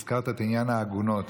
הזכרת את עניין העגונות.